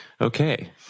Okay